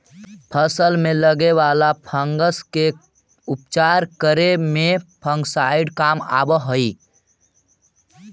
फसल में लगे वाला फंगस के उपचार करे में फंगिसाइड काम आवऽ हई